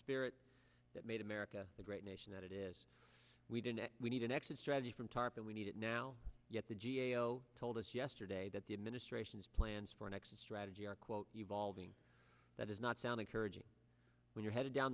spirit that made america the great nation that it is we didn't we need an exit strategy from tarp and we need it now yet the g a o told us yesterday that the administration's plans for an exit strategy are quote evolving that is not sound encouraging when you're headed down